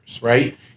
right